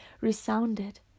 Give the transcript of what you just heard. resounded